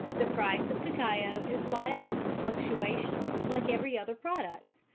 the price of cacao is liable to fluctuations like every other product,